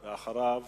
ואחריו,